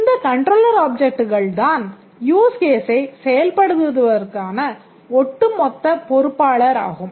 இந்த கண்ட்ரோலர் Objectகள் தான் use case ஐ செயல்படுத்துவதற்கான ஒட்டுமொத்த பொறுப்பாளராகும்